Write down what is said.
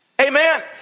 Amen